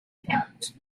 ejemplos